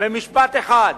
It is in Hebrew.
במשפט אחד,